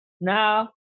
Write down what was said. now